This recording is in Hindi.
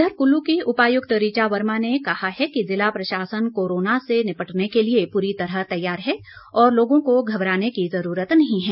इधर कुल्लू की उपायुक्त रिचा वर्मा ने कहा है कि जिला प्रशासन कोरोना से निपटने के लिए पूरी तरह तैयार है और लोगों को घबराने की जरूरत नहीं हैं